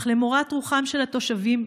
אך למורת רוחם של התושבים,